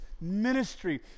ministry